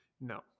No